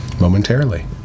momentarily